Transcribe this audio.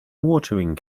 watering